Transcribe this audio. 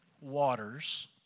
waters